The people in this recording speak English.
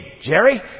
Jerry